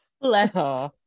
Blessed